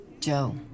Joe